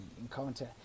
encounter